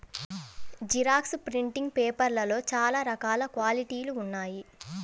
xerox printing పేపర్లలో చాలా రకాల క్వాలిటీలు ఉన్నాయి